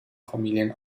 familien